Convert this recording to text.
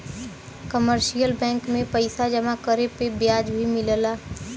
commercial bank में पइसा जमा करे पे ब्याज भी मिलला